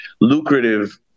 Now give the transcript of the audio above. lucrative